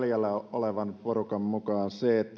olevan porukan mukaan